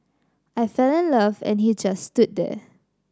I fell in love and he just stood there